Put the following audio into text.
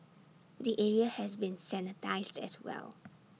the area has been sanitised as well